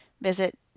visit